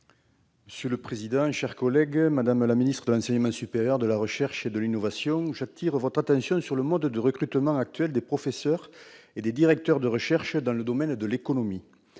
recherche et de l'innovation. Madame la ministre de l'enseignement supérieur, de la recherche et de l'innovation, j'attire votre attention sur le mode de recrutement actuel des professeurs et des directeurs de recherche dans le domaine de l'économie.